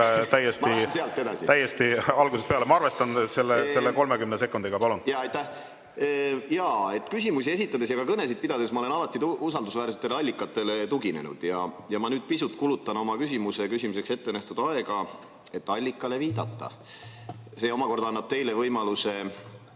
Eplerile täiesti algusest peale, ma arvestan selle 30 sekundiga. Palun! Aitäh! Küsimusi esitades ja ka kõnesid pidades ma olen alati usaldusväärsetele allikatele tuginenud. Ja ma nüüd pisut kulutan oma küsimuse küsimiseks ettenähtud aega, et allikale viidata. See omakorda annab teile võimaluse